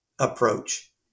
approach